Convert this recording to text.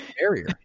barrier